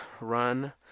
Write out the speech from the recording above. run